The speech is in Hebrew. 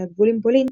על הגבול עם פולין,